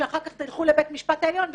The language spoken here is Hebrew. שאחר כך תלכו לבית המשפט העליון ותגידו: